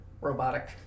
robotic